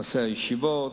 נושא הישיבות,